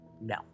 No